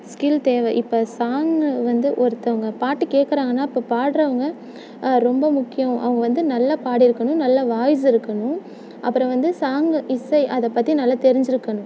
skill தேவை இப்போ song வந்து ஒருத்தவங்க பாட்டு கேட்குறாங்கன்னா இப்போ பாடுறவங்க ரொம்ப முக்கியோம் அவங்க வந்து நல்லா பாடியிருக்கணும் நல்லா வாய்ஸ் இருக்கணும் அப்புறோ வந்து சாங்கு இசை அதை பற்றி நல்லா தெரிஞ்சுருக்கணும்